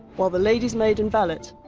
while the lady's maid and valet,